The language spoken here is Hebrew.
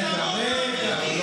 חבר הכנסת קריב.